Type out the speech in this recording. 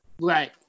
Right